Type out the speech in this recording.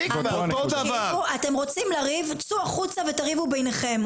אתם רוצים לריב, צאו החוצה ותריבו ביניכם.